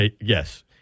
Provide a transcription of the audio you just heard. yes